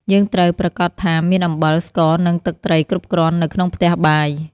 យើងត្រូវប្រាកដថាមានអំបិល ស្ករ និងទឹកត្រីគ្រប់គ្រាន់នៅក្នុងផ្ទះបាយ។